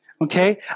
Okay